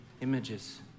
images